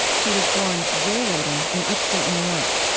she was born jay ladin in upstate new york.